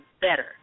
better